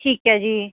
ਠੀਕ ਹੈ ਜੀ